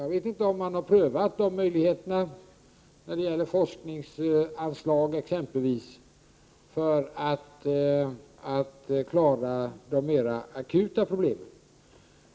Jag vet inte om de möjligheterna har prövats när det gäller t.ex. forskningsanslag för att klara de mera akuta problemen.